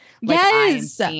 Yes